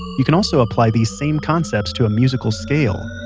you can also apply these same concepts to a musical scale